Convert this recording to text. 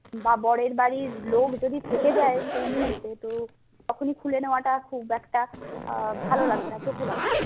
বা বরের বাড়ির লোক যদি থেকে যায় সেই মুহূর্তে তো তখনই খুলে নেওয়াটা খুব একটা ভালো লাগবেনা চোখে লাগবে